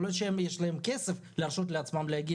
יכול להיות שיש להם כסף להרשות לעצמם להגיע